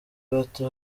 bato